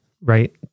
right